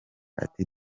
ati